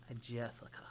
Jessica